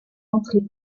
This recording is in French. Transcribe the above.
entrée